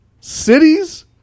Cities